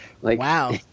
Wow